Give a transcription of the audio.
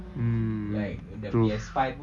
mm truth